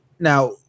Now